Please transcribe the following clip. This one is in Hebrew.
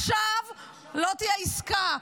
עכשיו" לא תהיה עסקה.